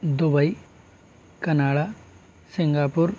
Dubai Canada Singapore